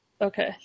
Okay